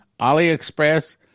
AliExpress